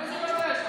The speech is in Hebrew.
דיון בוועדה.